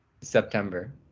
September